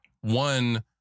One